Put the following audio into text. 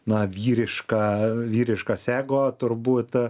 na vyriška vyriškas ego turbūt